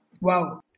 wow